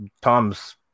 Tom's